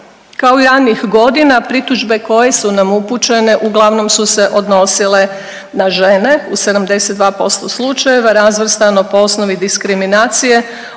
Kao i ranijih godina pritužbe koje su nam upućene uglavnom su se odnosile na žene u 72% slučajeva razvrstano po osnovi diskriminacije.